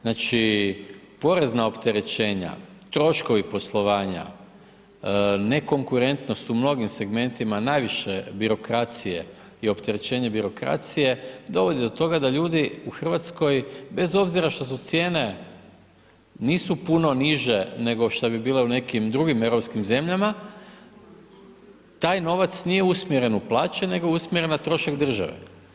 Znači porezna opterećenja, troškovi poslovanja, nekonkretnost u mnogim segmentima, najviše birokracije i opterećenje birokracije, dovodi do toga da ljudi u Hrvatskoj, bez obzira što su cijene, nisu puno niže nego što bi bilo u nekim drugim europskim zemljama, taj novac nije usmjeren u plaće, nego je usmjeren na trošak države.